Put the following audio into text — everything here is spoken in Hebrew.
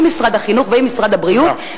עם משרד החינוך ועם משרד הבריאות,